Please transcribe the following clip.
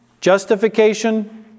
justification